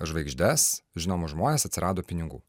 žvaigždes žinomus žmones atsirado pinigų